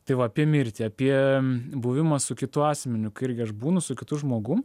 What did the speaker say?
tai va apie mirtį apie buvimą su kitu asmeniu kai irgi aš būnu su kitu žmogum